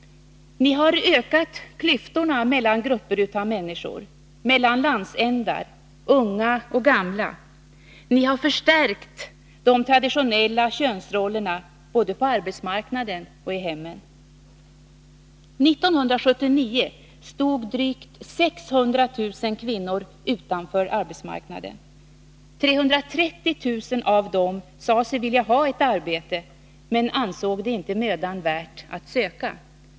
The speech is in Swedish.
Ni har ökat klyftorna mellan grupper av människor, mellan landsändar, unga och gamla. Ni har förstärkt de traditionella könsrollerna både på arbetsmarknaden och i hemmen. 1979 stod drygt 600 000 kvinnor utanför arbetsmarknaden. 330 000 av dessa sade sig vilja ha ett arbete men ansåg det inte mödan värt att söka.